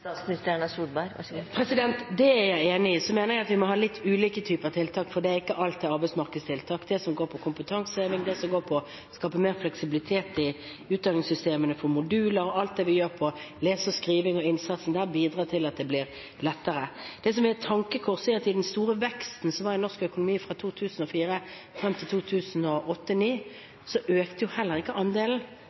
Det er jeg enig i. Så mener jeg at vi må ha litt ulike typer tiltak, for alt er ikke arbeidsmarkedstiltak. Det som går på kompetanse, det som skaper mer fleksibilitet i utdanningssystemet for moduler, alt det vi gjør for lesing, skriving og innsatsen der, bidrar til at det blir lettere. Det som er et tankekors, er at med den store veksten som var i norsk økonomi fra 2004 og fram til 2008–2009, økte heller ikke andelen